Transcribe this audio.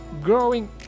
growing